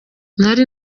nari